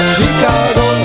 Chicago